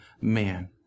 man